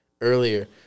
earlier